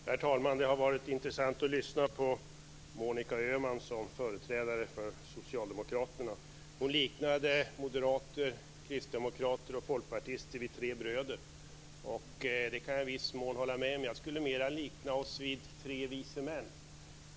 Herr talman! Det har varit intressant att lyssna på Monica Öhman som företrädare för Socialdemokraterna. Hon liknade moderater, kristdemokrater och folkpartister vid tre bröder. Det kan jag i viss mån instämma i, men jag skulle mer vilja likna oss vid tre vise män.